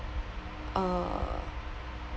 uh